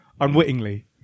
Unwittingly